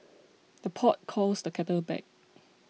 the pot calls the kettle black